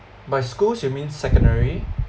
by schools you mean secondary